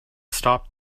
stop